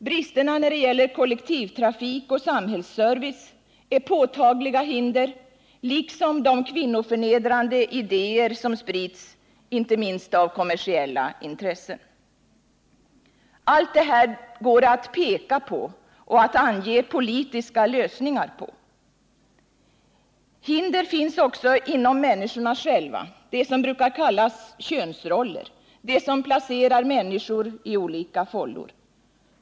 Bristerna när det gäller kollektivtrafik och samhällsservice är påtagliga hinder, liksom de kvinnoförnedrande ideér som sprids, inte minst av kommersiella intressen. Allt detta går att peka på och att ange politiska lösningar på. Hinder finns också inom människorna själva, det som brukar kallas könsroller, det som placerar människor i olika fållor.